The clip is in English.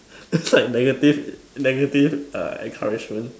just write negative negative uh encouragement